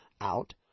out